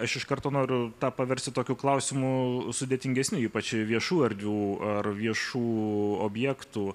aš iš karto noriu tą paversti tokių klausimų sudėtingesniu ypač viešų erdvių ar viešųjų objektų